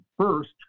first